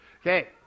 okay